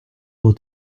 will